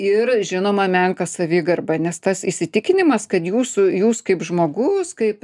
ir žinoma menką savigarbą nes tas įsitikinimas kad jūsų jūs kaip žmogus kaip